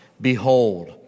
Behold